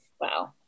Wow